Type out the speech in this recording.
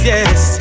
Yes